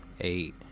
eight